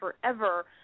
forever